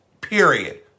period